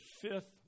fifth